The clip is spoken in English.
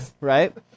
right